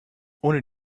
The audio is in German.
ohne